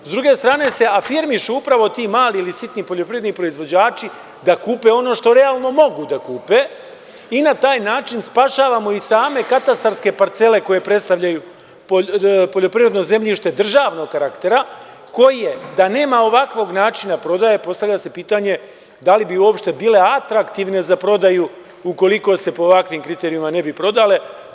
S druge strane se afirmišu upravo ti mali ili sitni poljoprivredni proizvođači, da kupe ono što realno mogu da kupe, i na taj način spašavamo i same katastarske parcele koje predstavljaju poljoprivredno zemljište državnog karaktera, koje je, da nema ovakvog načina prodaje, postavlja se pitanje –da li bi uopšte bile atraktivne za prodaju, ukoliko se po ovakvim kriterijumima ne bi prodavale.